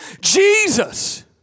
Jesus